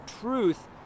truth